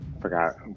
forgot